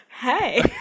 hey